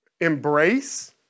embrace